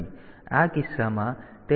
તેથી આ કિસ્સામાં તે આ 1 ને જ એક્ઝિક્યુટ કરશે